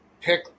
pick